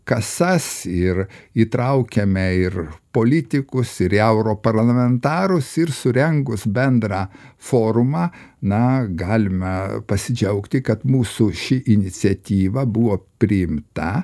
kasas ir įtraukiame ir politikus ir europarlamentarus ir surengus bendrą forumą na galime pasidžiaugti kad mūsų ši iniciatyva buvo priimta